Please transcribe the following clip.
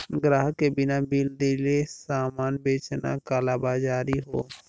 ग्राहक के बिना बिल देले सामान बेचना कालाबाज़ारी हौ